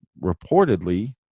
reportedly